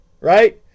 right